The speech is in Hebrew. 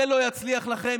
זה לא יצליח לכם,